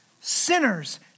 sinners